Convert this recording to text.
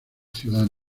ciudad